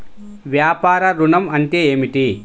వ్యాపార ఋణం అంటే ఏమిటి?